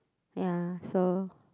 ya so